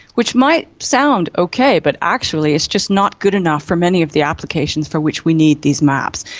which might sound okay but actually it's just not good enough for many of the applications for which we need these maps.